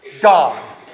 God